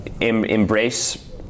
embrace